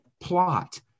plot